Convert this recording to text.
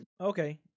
Okay